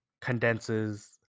condenses